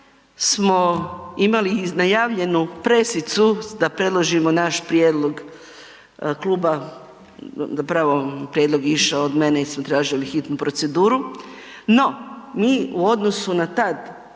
smo imali najavljenu pressicu da predložimo naš prijedlog zapravo prijedlog je išao od mene jer smo tražili hitnu proceduru, no mi u odnosu na tad